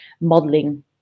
Modeling